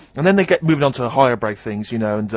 and then they get moving onto higher brow things, you know and